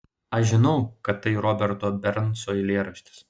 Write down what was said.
aš žinau kad tai roberto bernso eilėraštis